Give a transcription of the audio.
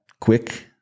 quick